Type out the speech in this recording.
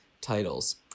titles